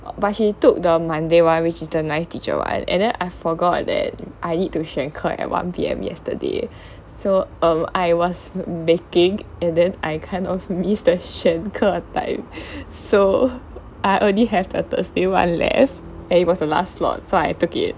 but he took the monday which is the nice teacher [one] and then I forgot that I need to 选课 at one P_M yesterday so um I was baking and then I kind of miss the 选课 time so I only have the thursday one left and it was the last slot so I took it